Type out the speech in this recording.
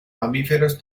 mamíferos